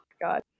God